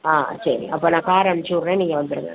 ஆ சரி அப்போ நான் கார் அனுபிச்சுவுடுறேன் நீங்கள் வந்துருங்க